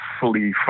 fully